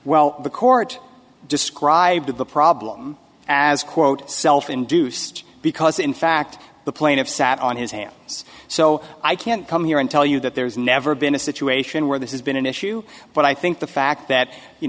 well the court described the problem as quote self induced because in fact the plaintiffs sat on his hands so i can't come here and tell you that there's never been a situation where this has been an issue but i think the fact that you